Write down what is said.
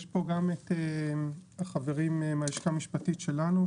יש פה גם את החברים מהלשכה המשפטית שלנו,